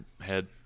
head